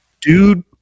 Dude